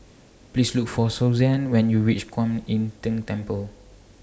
Please Look For Susanne when YOU REACH Kuan Im Tng Temple